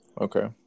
Okay